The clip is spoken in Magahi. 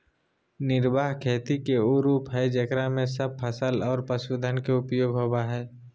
निर्वाह खेती के उ रूप हइ जेकरा में सब फसल और पशुधन के उपयोग होबा हइ